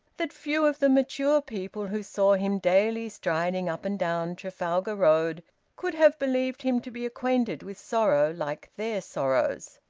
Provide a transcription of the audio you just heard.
that few of the mature people who saw him daily striding up and down trafalgar road could have believed him to be acquainted with sorrow like their sorrows.